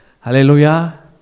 Hallelujah